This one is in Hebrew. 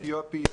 אתיופי,